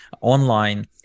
online